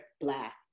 Black